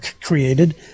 created